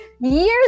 Years